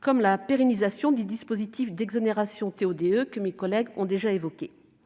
comme : la pérennisation du dispositif d'exonération TO-DE, que mes collègues ont déjà évoqué